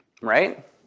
Right